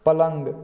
पलंग